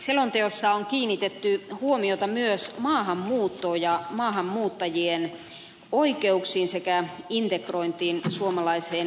selonteossa on kiinnitetty huomiota myös maahanmuuttoon ja maahanmuuttajien oikeuksiin sekä integrointiin suomalaiseen yhteiskuntaan